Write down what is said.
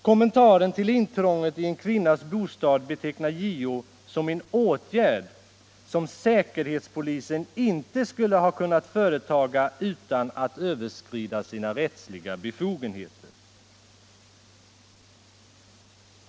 Kommentaren till intrånget i en kvinnas bostad betecknar JO som en åtgärd som säkerhetspolisen inte skulle ha kunnat företa utan att överskrida sina rättsliga befogenheter.